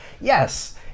yes